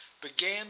began